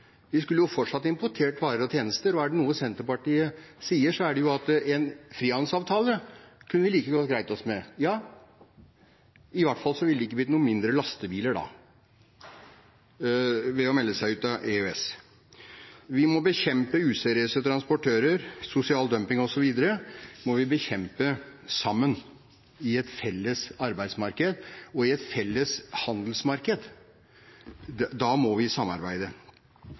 Vi skulle jo fortsatt importere varer og tjenester. Og er det noe Senterpartiet sier, er det at en frihandelsavtale kunne vi greid oss like godt med. I hvert fall ville det ikke blitt færre lastebiler ved å melde seg ut av EØS. Vi må sammen bekjempe useriøse transportører, sosial dumping osv. – i et felles arbeidsmarked og i et felles handelsmarked. Da må vi samarbeide.